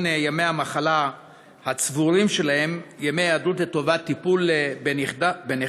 ימי המחלה הצבורים שלהם ימי היעדרות לטובת טיפול בנכדם,